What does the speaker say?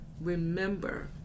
remember